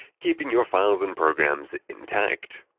keeping your files and programs intact.